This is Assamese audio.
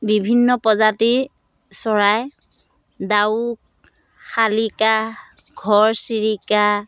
বিভিন্ন প্ৰজাতিৰ চৰাই ডাউক শালিকা ঘৰচিৰিকা